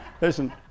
Listen